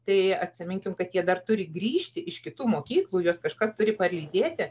tai atsiminkim kad jie dar turi grįžti iš kitų mokyklų juos kažkas turi palydėti